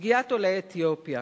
סוגיית עולי אתיופיה,